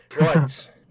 Right